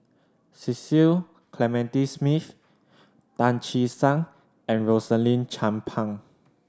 Cecil Clementi Smith Tan Che Sang and Rosaline Chan Pang